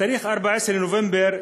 ב-14 בנובמבר,